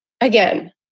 Again